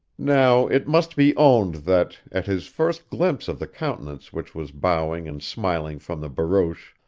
now, it must be owned that, at his first glimpse of the countenance which was bowing and smiling from the barouche,